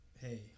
hey